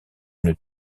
une